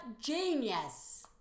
genius